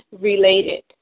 Related